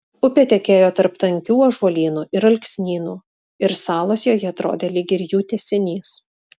upė tekėjo tarp tankių ąžuolynų ir alksnynų ir salos joje atrodė lyg ir jų tęsinys